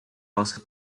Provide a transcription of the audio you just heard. also